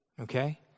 Okay